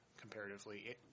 comparatively